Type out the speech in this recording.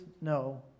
no